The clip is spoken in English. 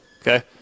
Okay